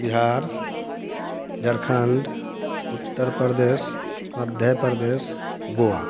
Bihar Jharkhand Uttar Pradesh Madhya Pradesh Goa